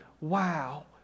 wow